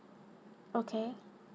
okay